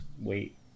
wait